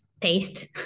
taste